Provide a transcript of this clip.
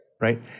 right